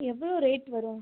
எவ்வளோ ரேட் வரும்